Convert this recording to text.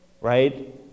right